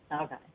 Okay